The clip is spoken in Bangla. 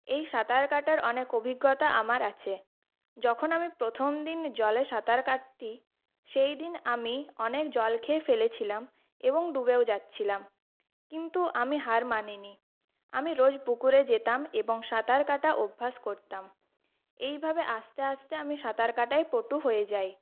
এই সাঁতার কাটার অনেক অভিজ্ঞতা আমার আছে যখন আমি প্রথম দিন জলে সাঁতার কাটতি সেই দিন আমি অনেক জল খেয়ে ফেলেছিলাম এবং ডুবেও যাচ্ছিলাম কিন্তু আমি হার মানিনি আমি রোজ পুকুরে যেতাম এবং সাঁতার কাটা অভ্যাস করতাম এইভাবে আস্তে আস্তে আমি সাঁতার কাটায় পটু হয়ে যাই